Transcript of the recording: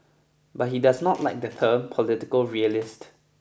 but he does not like the term political realist